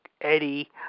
Eddie